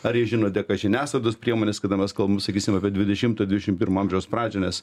ar jie žino dėka žiniasklaidos priemonės kada mes kalbam sakysim apie dvidešimto dvidešim pirmo amžiaus pradžią nes